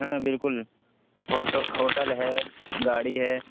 ہاں بالکل ہوٹل ہے گاڑی ہے